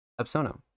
Absono